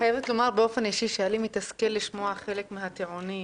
היה לי מתסכל לשמוע חלק מהטיעונים,